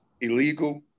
illegal